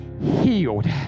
healed